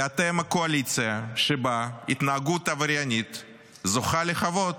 כי אתם קואליציה שבה התנהגות עבריינית זוכה לכבוד.